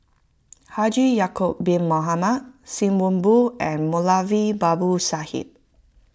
Haji Ya'Acob Bin Mohamed Sim Wong Hoo and Moulavi Babu Sahib